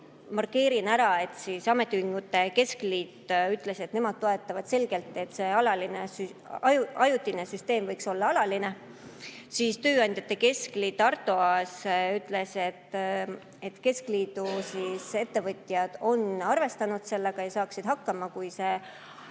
markeerin ära, et ametiühingute keskliit ütles: nemad toetavad selgelt, et see ajutine süsteem võiks olla alaline. Tööandjate keskliidu esindaja Arto Aas ütles, et keskliidu ettevõtjad on arvestanud sellega ja saaksid hakkama, kui see